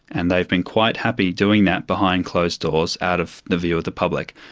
and they've been quite happy doing that behind closed doors out of the view of the public.